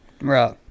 right